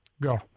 Go